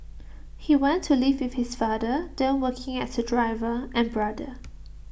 he went to live with his father then working as A driver and brother